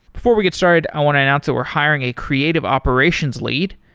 before we get started, i want to announce that we're hiring a creative operations lead.